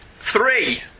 three